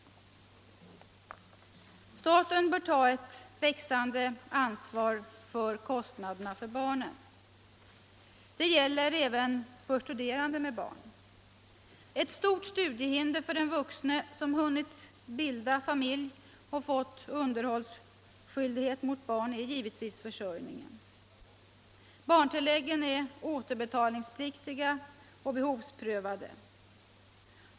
Staten bör ta ett växande ansvar för kostnaderna för barnen. Det gäller även för studerande med barn. Ett stort studiehinder för den vuxne som hunnit bilda familj och fått underhållsskyldighet mot barn är givetvis försörjningen. Barntilläggen är återbetalningspliktiga och behovsprövade.